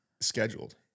scheduled